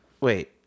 Wait